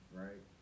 right